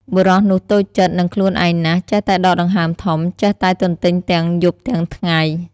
បុរសនោះតូចចិត្ដ និងខ្លួនឯងណាស់ចេះតែដកដង្ហើមធំ ចេះតែទន្ទេញទាំង យប់ទាំងថ្ងៃ។